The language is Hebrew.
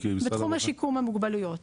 בתחום שיקום המוגבלויות.